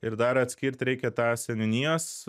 ir dar atskirt reikia tą seniūnijos